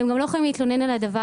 הם גם לא יכולים להתלונן על זה.